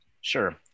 Sure